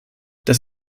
das